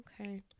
Okay